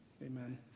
Amen